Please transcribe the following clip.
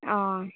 ꯑꯥ